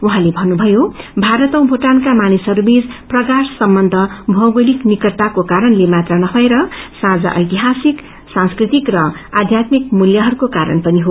उहाँले भन्नुषयो भारत औ भूटानका मानिसहरूबीच प्रगाद सम्बन्धभौगोलिक निकटताको कारणले मात्र नभएर साम्रा एतिहासिक सांस्कृतिक र आध्यात्मिक मूल्यहरूको कारण पनि हो